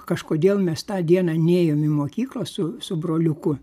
kažkodėl mes tą dieną nėjom į mokyklą su su broliuku